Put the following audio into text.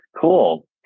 Cool